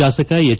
ಶಾಸಕ ಎಚ್